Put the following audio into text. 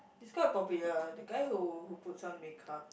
is quite popular that guy who who put some makeup